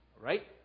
right